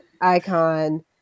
Icon